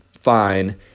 fine